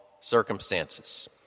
circumstances